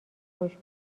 خوش